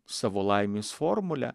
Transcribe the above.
savo laimės formulę